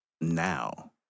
now